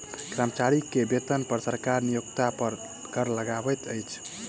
कर्मचारी के वेतन पर सरकार नियोक्ता पर कर लगबैत अछि